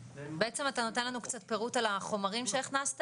בעצם אתה נותן לנו פירוט על החומרים שהכנסתם?